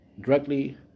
Directly